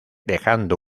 dejando